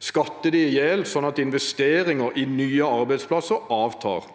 skatte dem i hjel sånn at investeringen i nye arbeidsplasser avtar.